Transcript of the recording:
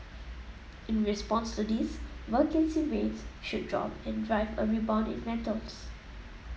in response to this vacancy rates should drop and drive a rebound in rentals